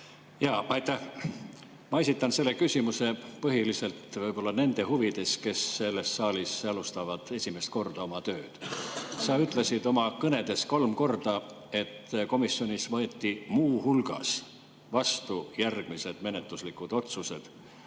Ma esitan selle küsimuse põhiliselt nende huvides, kes selles saalis alustavad esimest korda oma tööd. Sa ütlesid oma kõnedes kolm korda, et komisjonis võeti muu hulgas vastu järgmised menetluslikud otsused.